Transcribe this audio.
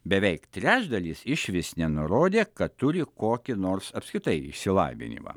beveik trečdalis išvis nenurodė kad turi kokį nors apskritai išsilavinimą